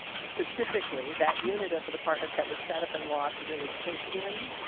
specifically that unit at the department that was set up in la to really take in.